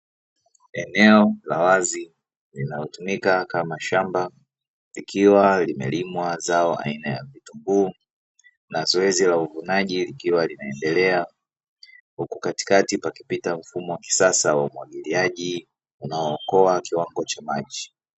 Eneo la wazi linalotumika kama shamba likiwa limelimwa zao aina ya vitunguu, na zoezi la uvunaji likiwa linaendelea, huku katikati pakipita mfumo wa kisasa wa umwagiliaji unaookoa kiwango cha maji.